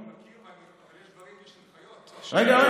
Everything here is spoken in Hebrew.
אני מכיר, ויש דברים שהם הנחיות מ-2011.